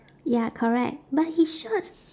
ya correct but his shorts